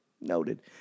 Noted